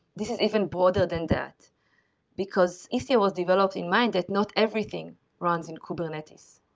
this is even broader than that because istio was developed in mind that not everything runs in kubernetes.